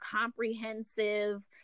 comprehensive